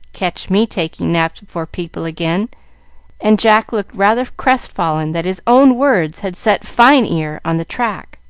catch me taking naps before people again and jack looked rather crestfallen that his own words had set fine ear on the track.